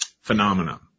phenomenon